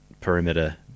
perimeter